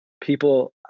people